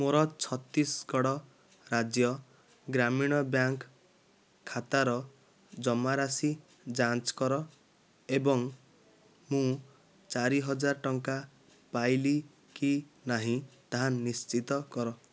ମୋର ଛତିଶଗଡ଼ ରାଜ୍ୟ ଗ୍ରାମୀଣ ବ୍ୟାଙ୍କ୍ ଖାତାର ଜମାରାଶି ଯାଞ୍ଚ କର ଏବଂ ମୁଁ ଚାରି ହଜାର ଟଙ୍କା ପାଇଲି କି ନାହିଁ ତାହା ନିଶ୍ଚିତ କର